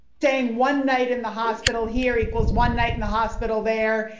saying one night in the hospital here equals one night in the hospital there.